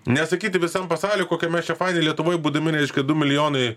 nesakyti visam pasauliui kokie mes čia faini lietuvoj būdami reiškia du milijonai